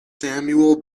samuel